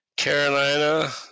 Carolina